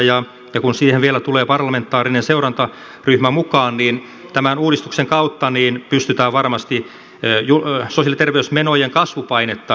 ja kun siihen vielä tulee parlamentaarinen seurantaryhmä mukaan tämän uudistuksen kautta niin pystytään varmasti sosiaali ja terveysmenojen kasvupainetta hillitsemään